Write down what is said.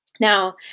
Now